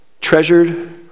Treasured